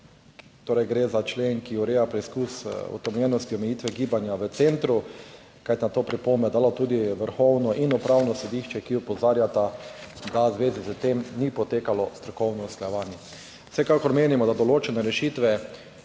torej gre za člen, ki ureja preizkus utemeljenosti omejitve gibanja v centru, kajti na to je pripombo dalo tudi vrhovno in upravno sodišče, ki opozarjata, da v zvezi s tem ni potekalo strokovno usklajevanje. Vsekakor menimo, da določene rešitve